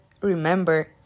remember